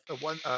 one